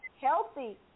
healthy